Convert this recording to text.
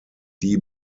die